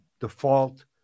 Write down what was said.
default